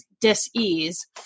dis-ease